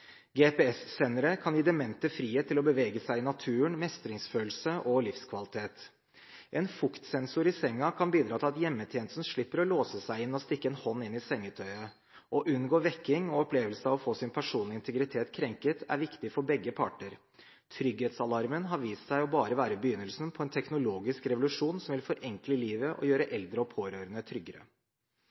GPS-sendere kan gi demente frihet til å bevege seg i naturen, mestringsfølelse og livskvalitet. En fuktsensor i senga kan bidra til at hjemmetjenesten slipper å låse seg inn og stikke en hånd inn i sengetøyet. Å unngå vekking og opplevelse av å få sin personlige integritet krenket er viktig for begge parter. Trygghetsalarmen har vist seg bare å være begynnelsen på en teknologisk revolusjon som vil forenkle livet, og gjøre eldre og pårørende tryggere.